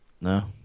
No